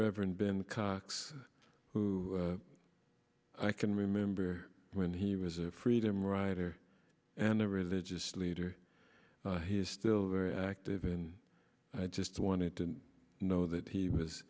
reverend been cox who i can remember when he was a freedom rider and the religious leader he is still very active in i just wanted to know that he was